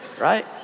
right